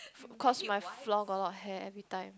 cause my floor got a lot of hair every time